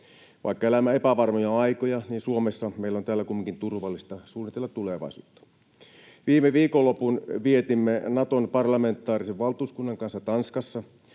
Vaikka elämme epävarmoja aikoja, niin Suomessa meillä on täällä kumminkin turvallista suunnitella tulevaisuutta. Viime viikonlopun vietimme Naton parlamentaarisen valtuuskunnan kanssa Tanskassa,